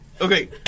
Okay